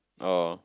oh